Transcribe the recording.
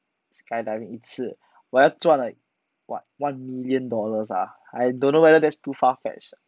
skydiving 一次我要赚 like what one million dollar ah I don't know whether that is too far-fetched